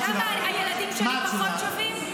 למה, הילדים שלי פחות שווים?